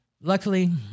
luckily